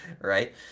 right